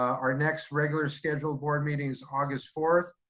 our next regular scheduled board meeting is august fourth.